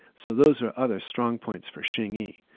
so those are other strong points for xing yi.